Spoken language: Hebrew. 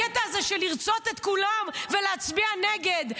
הקטע הזה של לרצות את כולם ולהצביע נגד.